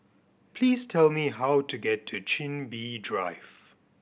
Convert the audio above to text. please tell me how to get to Chin Bee Drive